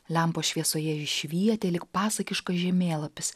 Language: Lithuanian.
lempos šviesoje ji švietė lyg pasakiškas žemėlapis